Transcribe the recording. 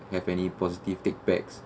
have any positive take back